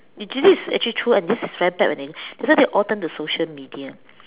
usually this is actually true and this is very bad actually that's why they all turn to social media